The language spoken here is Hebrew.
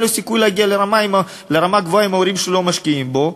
אין לו סיכוי להגיע לרמה גבוהה אם ההורים שלו לא משקיעים בו,